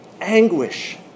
anguish